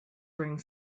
bring